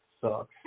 sucks